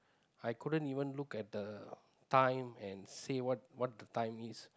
I couldn't even look at the time and say what what the time is